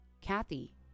Kathy